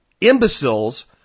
imbeciles